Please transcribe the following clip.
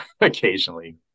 occasionally